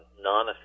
non